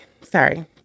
sorry